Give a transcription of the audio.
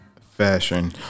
fashion